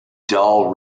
dull